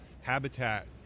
habitat